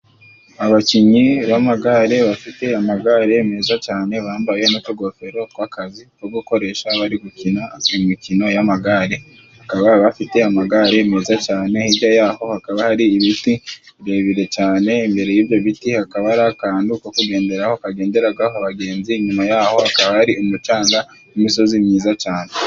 Abakinnyi b'amagare bafite amagare meza cyane bambaye n'utugofero tw'akazi two gukoresha bari gukina imikino y'amagare. Bakaba bafite amagare meza cyane hirya yaho hakaba hari ibiti birebire cyane, imbere y'ibyo biti hakaba ari akantu ko kugenderaho, kagenderagaho abagenzi, nyuma yaho hakaba ari umucanga n'imisozi myiza cyane.